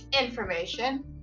information